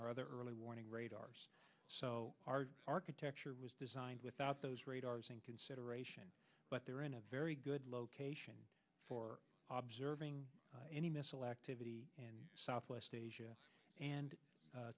our other early warning radars so our architecture was designed without those radars in consideration but they're in a very good location for observation any missile activity in southwest asia and